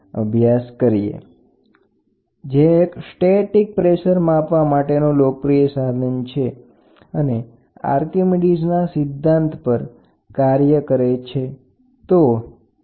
dead weight pressure gauge અથવા piston gauge સ્થિર દબાણ માપવા માટેનું લોકપ્રિય સાધન છે અને આર્કિમીડીઝના સિદ્ધાંત પર કાર્ય કરે છે